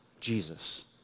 Jesus